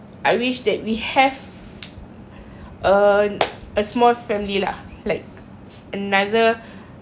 a a small family lah like another um junior